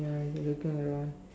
ya looking around